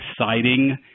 exciting